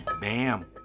Bam